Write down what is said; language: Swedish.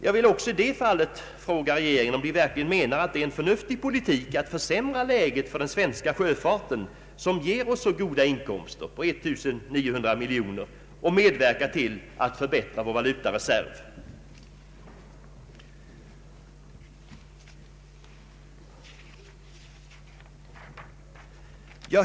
Jag vill också i det fallet fråga regeringen om den anser att det är en förnuftig politik att försämra läget för den svenska sjöfarten, som ger oss inkomster på 1900 miljoner kronor och så mycket medverkar till att förbättra vår valutareserv.